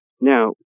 Now